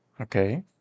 Okay